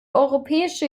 europäische